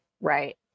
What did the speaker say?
right